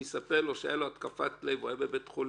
הוא יספר לו שהייתה לו התקפת לב והוא היה בבית חולים,